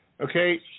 Okay